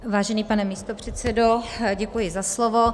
Vážený pane místopředsedo, děkuji za slovo.